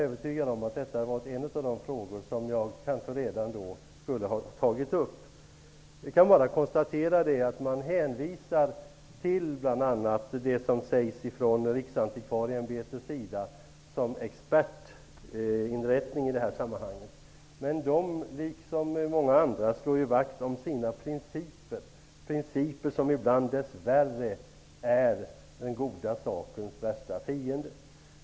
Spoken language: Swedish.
Riksantikvarieämbetet betecknas som expertinrättning i detta sammanhang. Men Riksantikvarieämbetet liksom många andra slår ju vakt om sina egna principer. Det är principer som ibland dess värre är den goda sakens värsta fiende.